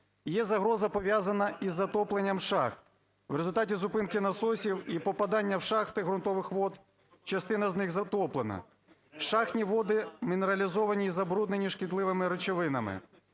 Є загроза пов'язана із затопленням шахт. В результаті зупинки насосів і попадання в шахти ґрунтових вод частина з них затоплена. Шахтні води мінералізовані і забруднені шкідливими речовинами.